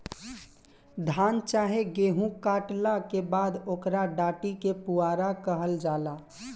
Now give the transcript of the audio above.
धान चाहे गेहू काटला के बाद ओकरा डाटी के पुआरा कहल जाला